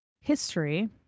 history